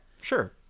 sure